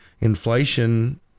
inflation